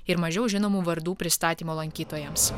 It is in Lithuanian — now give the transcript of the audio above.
ir mažiau žinomų vardų pristatymo lankytojams